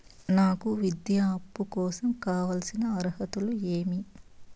నాకు విద్యా అప్పు కోసం కావాల్సిన అర్హతలు ఏమి?